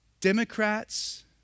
Democrats